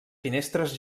finestres